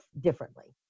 differently